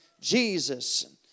Jesus